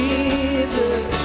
Jesus